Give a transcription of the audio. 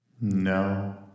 No